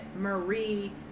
Marie